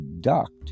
duct